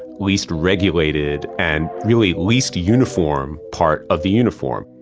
least regulated and really least uniform part of the uniform.